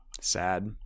Sad